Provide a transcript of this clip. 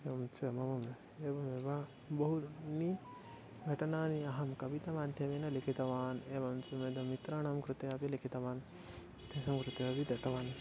एवं च मम एवमेव बहूनि घटनानि अहं कवितामाध्यमेन लिखितवान् एवञ्च यद् मित्राणां कृते अपि लिखितवान् तेषां कृते अपि दत्तवान्